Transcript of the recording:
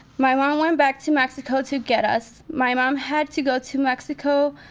my mom went back to mexico to get us. my mom had to go to mexico.